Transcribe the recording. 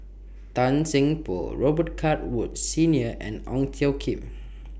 Tan Seng Poh Robet Carr Woods Senior and Ong Tjoe Kim